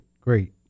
great